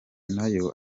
nayo